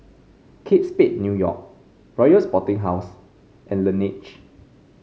Kate Spade New York Royal Sporting House and Laneige